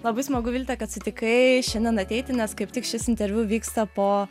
labai smagu vilte kad sutikai šiandien ateiti nes kaip tik šis interviu vyksta po